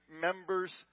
members